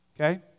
Okay